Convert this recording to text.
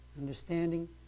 understanding